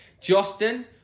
Justin